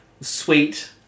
sweet-